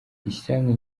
ishyirahamwe